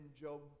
Job